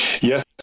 Yes